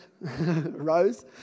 rose